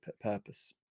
purpose